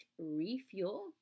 refuel